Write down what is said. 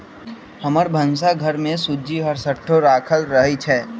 हमर भन्सा घर में सूज्ज़ी हरसठ्ठो राखल रहइ छै